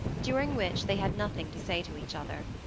during which they had nothing to say to each other.